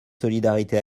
solidarité